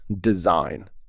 design